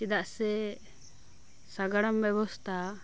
ᱪᱮᱫᱟᱜ ᱥᱮ ᱥᱟᱜᱟᱲᱚᱢ ᱵᱮᱵᱚᱥᱛᱷᱟ